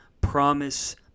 promise